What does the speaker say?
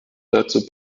dazu